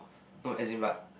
no as in but